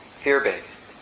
fear-based